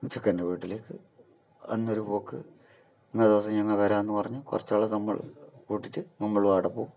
ചെക്കൻ്റെ വീട്ടിലേക്ക് അന്നൊരു പോക്ക് ഇന്നേ ദിവസം ഞങ്ങൾ വരാമെന്നു പറഞ്ഞ് കുറച്ചാൾ നമ്മൾ കൂട്ടിയിട്ട് നമ്മളും അവിടെ പോകും